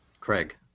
Craig